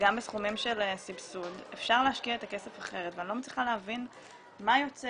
גם בסכומים של סבסוד להשקיע את הכסף אחרת ואני לא מצליחה להבין מה יוצא,